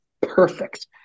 perfect